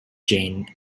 jane